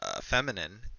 feminine